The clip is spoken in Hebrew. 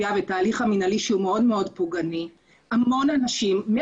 אבל בסוף כשעירייה עובדת עם חברת גבייה היא הופכת לחותמת גומי